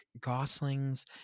Gosling's